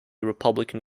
republican